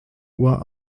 uhr